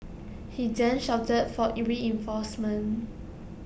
he then shouted for reinforcements